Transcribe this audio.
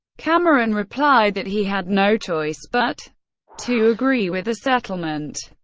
cameron replied that he had no choice, but to agree with the settlement.